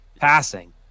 passing